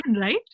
right